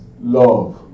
love